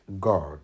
God